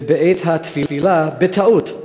ובעת הטבילה, בטעות,